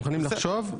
מוכנים לחשוב,